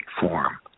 form